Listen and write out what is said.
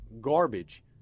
garbage